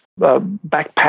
backpack